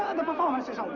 the performance is over.